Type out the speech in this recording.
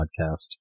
podcast